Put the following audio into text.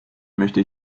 möchte